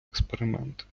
експеримент